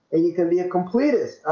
like and a completist,